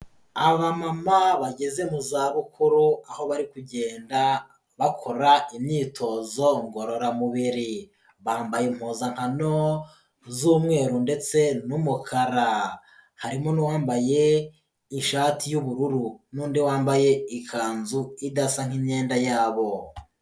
Abamama bageze mu za bukuru, aho bari kugenda bakora imyitozo ngororamubiri, bambaye impuzankano z'umweru ndetse n'umukara, harimo n'uwambaye ishati y'ubururu n'undi wambaye ikanzu idasa nk'imyenda yabo.